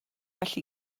felly